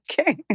Okay